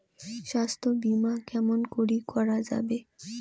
স্বাস্থ্য বিমা কেমন করি করা যাবে?